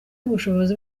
umushinga